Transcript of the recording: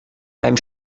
beim